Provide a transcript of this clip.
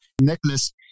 necklace